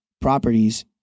properties